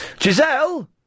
Giselle